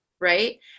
Right